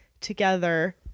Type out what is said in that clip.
together